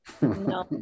no